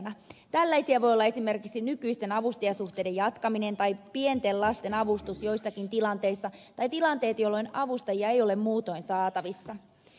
tällaisia voivat olla esimerkiksi nykyisten avustajasuhteiden jatkaminen tai pienten lasten avustus joissakin tilanteissa tai tilanteet jolloin avustajia ei ole muutoin saatavissa